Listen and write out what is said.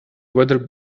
weather